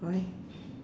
why